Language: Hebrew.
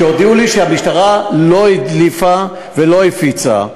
כשהודיעו לי שהמשטרה לא הדליפה ולא הפיצה.